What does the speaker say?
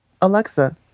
Alexa